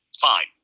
fine